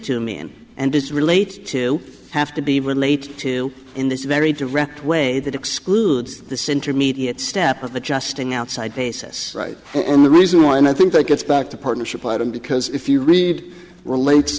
to mean and does relate to have to be relate to in this very direct way that excludes the center immediate step of adjusting outside basis right and the reason why and i think that gets back to partnership item because if you read relates